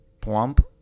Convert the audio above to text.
plump